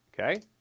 okay